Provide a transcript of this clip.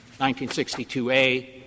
1962A